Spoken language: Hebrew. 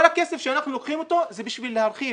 כל הכסף שאנחנו לוקחים, זה בשביל להרחיב.